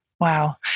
Wow